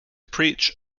preach